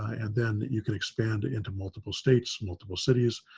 and then you can expand into multiple states, multiple cities.